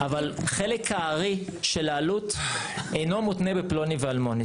אבל חלק הארי של העלות אינו מותנה בפלוני ואלמוני.